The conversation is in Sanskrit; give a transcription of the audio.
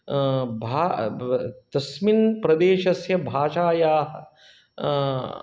भा तस्मिन् प्रदेशस्य भाषायाः